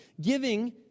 Giving